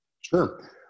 Sure